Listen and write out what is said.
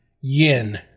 yin